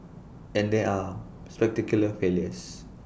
and there are spectacular failures